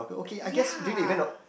ya